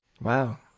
wow